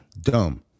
Dumb